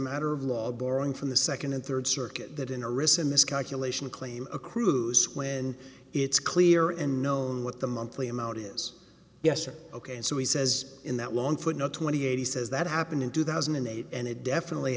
matter of law borrowing from the second and third circuit that in a recent miscalculation a claim accrued when it's clear and known what the monthly amount is yes or ok and so he says in that one footnote twenty eight he says that happened in two thousand and eight and it definitely